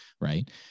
Right